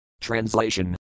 Translation